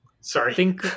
Sorry